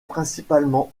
principalement